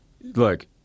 Look